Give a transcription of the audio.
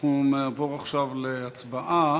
אנחנו נעבור עכשיו להצבעה.